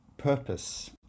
purpose